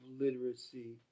literacy